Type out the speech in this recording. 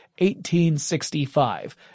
1865